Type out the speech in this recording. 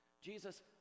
Jesus